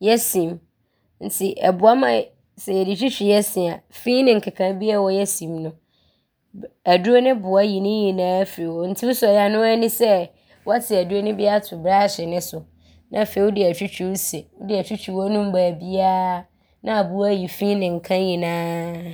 yɛ se mu nti ɔboa ma sɛ yɛde twitwi yɛ se a, fii ne nkekaeɛ biaa ɔwɔ yɛ se mu no, aduro no boa yi ne nyinaa firi hɔ. Nti wosɔre a noaa di sɛ, woate aduro ne bi ato brɔɔhye ne so ne afei wode atwitwi wo se. Wode atwitwi w’anom baabiaa ne aaboa ayi fii ne nka nyinaa.